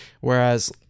whereas